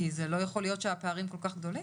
כי זה לא יכול להיות שהפערים כל כך גדולים.